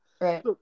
Right